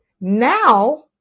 Now